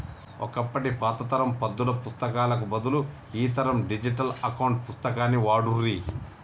ఒకప్పటి పాత తరం పద్దుల పుస్తకాలకు బదులు ఈ తరం డిజిటల్ అకౌంట్ పుస్తకాన్ని వాడుర్రి